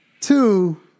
Two